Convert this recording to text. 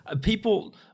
people –